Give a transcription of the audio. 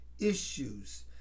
issues